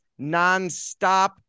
nonstop